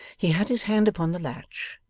he had his hand upon the latch,